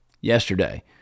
yesterday